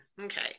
Okay